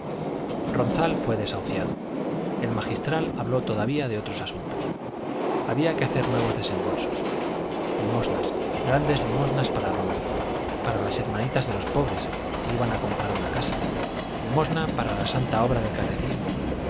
ronzal fue desahuciado el magistral habló todavía de otros asuntos había que hacer nuevos desembolsos limosnas grandes limosnas para roma para las hermanitas de los pobres que iban a comprar una casa limosna para la santa obra del catecismo